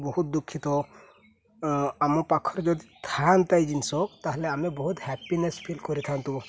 ବହୁତ ଦୁଃଖିତ ଆମ ପାଖରେ ଯଦି ଥାଆନ୍ତା ଏଇ ଜିନିଷ ତା'ହେଲେ ଆମେ ବହୁତ ହ୍ୟାପିନେସ୍ ଫିଲ୍ କରିଥାନ୍ତୁ